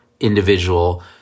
individual